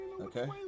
Okay